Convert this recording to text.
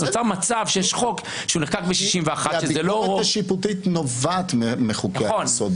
נוצר מצב שיש חוק שנחקק ב-61 --- הביקורת השיפוטית נובעת מחוקי היסוד.